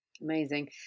Amazing